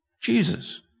Jesus